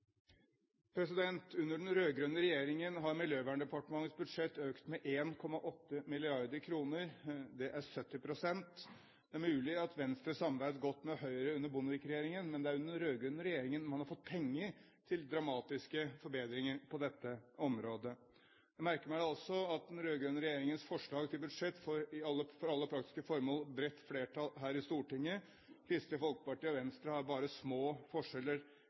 omme. Under den rød-grønne regjeringen har Miljøverndepartementets budsjett økt med 1,8 mrd. kr. Det er 70 pst. Det er mulig at Venstre samarbeidet godt med Høyre under Bondevik-regjeringene, men det er under den rød-grønne regjeringen man har fått penger til dramatiske forbedringer på dette området. Jeg merker meg også at den rød-grønne regjeringens forslag til budsjett for alle praktiske formål får bredt flertall her i Stortinget. Kristelig Folkepartis og Venstres budsjett har bare små forskjeller